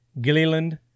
Gilliland